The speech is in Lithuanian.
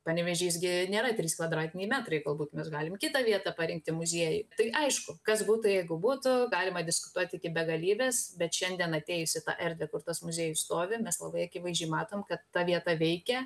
panevėžys gi nėra trys kvadratiniai metrai galbūt mes galim kitą vietą parinkti muziejui tai aišku kas būtų jeigu būtų galima diskutuoti iki begalybės bet šiandien atėjus į tą erdvę kur tas muziejus stovi mes labai akivaizdžiai matom kad ta vieta veikia